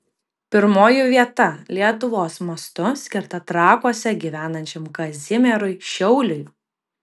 pirmoji vieta lietuvos mastu skirta trakuose gyvenančiam kazimierui šiauliui